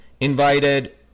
invited